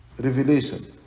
Revelation